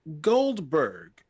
Goldberg